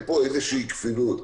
יש ביניהם איזשהו סוג של חליפיות,